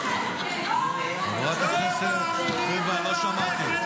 --- חברת הכנסת, חבר'ה, אני לא שמעתי.